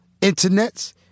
Internets